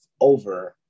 over